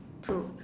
two